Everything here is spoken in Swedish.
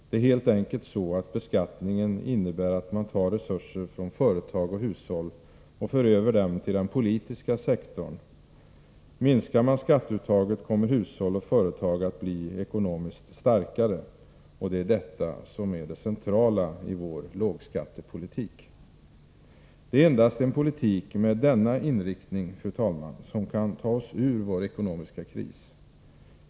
Det är helt enkelt så att beskattningen innebär att man tar resurser från företag och hushåll och för över dem till den politiska sektorn. Minskar man skatteuttaget, kommer hushåll och företag att bli ekonomiskt starkare. Det är detta som är det centrala i vår lågskattepolitik. Fru talman! Det är endast en politik med denna inriktning som kan ta oss ur vår ekonomiska kris.